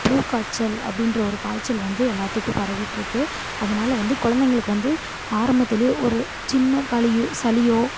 flu காய்ச்சல் அப்படின்ற ஒரு காய்ச்சல் வந்து எல்லாத்துக்கும் பரவிட்டிருக்கு அதனால வந்து குழந்தைங்களுக்கு வந்து ஆரம்பத்துலேயே ஒரு சின்ன களியோ சளியோ